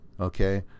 okay